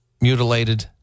mutilated